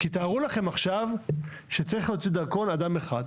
כי תארו לכם עכשיו שצריך להוציא דרכון אדם אחד.